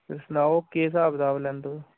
ते सनाओ केह् स्हाब कताब लैंदे तुस